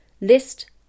List